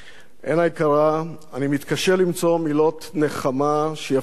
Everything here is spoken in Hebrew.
אני מתקשה למצוא מילות נחמה שיפיגו את כאב האובדן.